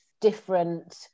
different